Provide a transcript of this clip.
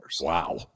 Wow